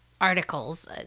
Articles